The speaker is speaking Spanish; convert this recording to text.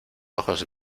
ojos